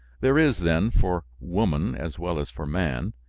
there is, then, for woman as well as for man,